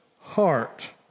heart